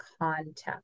context